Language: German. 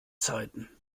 zeiten